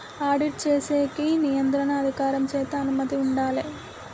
audit చేసేకి నియంత్రణ అధికారం చేత అనుమతి ఉండాలే